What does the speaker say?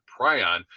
prion